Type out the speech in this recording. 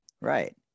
Right